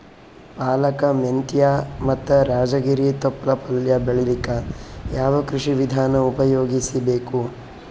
ಪಾಲಕ, ಮೆಂತ್ಯ ಮತ್ತ ರಾಜಗಿರಿ ತೊಪ್ಲ ಪಲ್ಯ ಬೆಳಿಲಿಕ ಯಾವ ಕೃಷಿ ವಿಧಾನ ಉಪಯೋಗಿಸಿ ಬೇಕು?